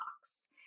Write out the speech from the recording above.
box